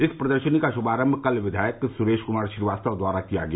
इस प्रदर्शनी का शुभारम्म कल विद्यायक सुरेश कुमार श्रीवास्तव द्वारा किया गया